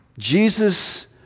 Jesus